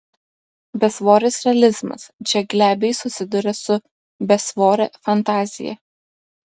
besvoris realizmas čia glebiai susiduria su besvore fantazija